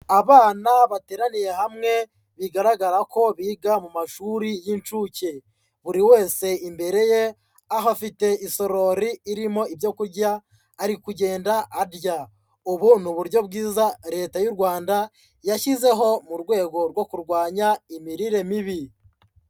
Abana bateraniye hamwe bigaragara ko biga mu mashuri y'inshuke, buri wese imbere ye ahafite isorori irimo ibyo kurya; ari kugenda arya, ubu ni uburyo bwiza Leta y'u Rwanda yashyizeho mu rwego rwo kurwanya imirire mibi.